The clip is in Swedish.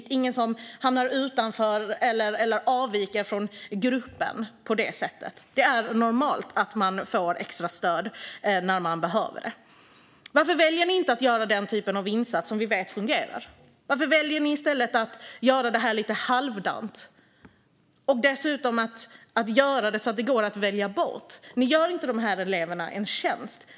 Det är ingen som hamnar utanför eller som avviker från gruppen på det sättet. Det är normalt att man får extra stöd när man behöver det. Varför väljer ni inte att göra den typ av insats som vi vet fungerar? Varför väljer ni i stället att göra detta lite halvdant och dessutom att göra så att det går att välja bort? Ni gör inte dessa elever en tjänst.